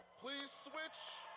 please switch,